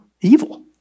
evil